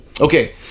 okay